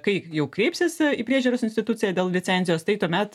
kai jau kreipsiesi į priežiūros instituciją dėl licencijos tai tuomet